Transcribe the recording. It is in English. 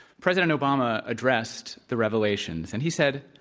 president obama addressed the revelations. and he said,